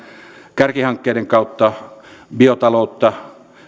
kärkihankkeiden kautta biotaloutta